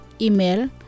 Email